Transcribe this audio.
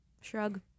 shrug